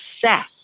success